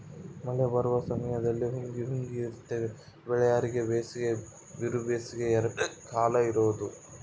ಮಳೆ ಬರುವ ಸಮಯದಲ್ಲಿ ಹುಗಿ ಹುಗಿ ಇರುತ್ತದೆ ಬಳ್ಳಾರ್ಯಾಗ ಬೇಸಿಗೆ ಬಿರುಬೇಸಿಗೆ ಎರಡೇ ಕಾಲ ಇರೋದು